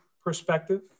perspective